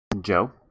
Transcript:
Joe